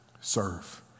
serve